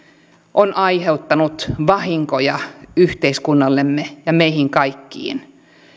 on aiheuttanut vahinkoja yhteiskunnallemme ja meihin kaikkiin